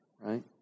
right